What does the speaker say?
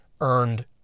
earned